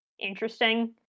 interesting